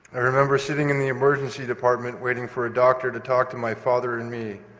i remember sitting in the emergency department waiting for a doctor to talk to my father and me.